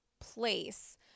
place